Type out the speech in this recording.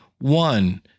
one